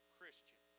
Christian